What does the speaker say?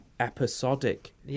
episodic